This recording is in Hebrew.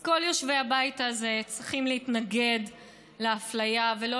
אז כל יושבי הבית הזה צריכים להתנגד לאפליה ולא